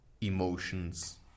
emotions